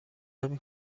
نمی